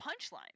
punchline